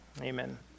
amen